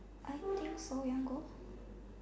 I think so I go